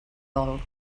dol